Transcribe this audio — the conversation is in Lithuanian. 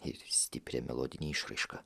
ir stiprią melodinę išraišką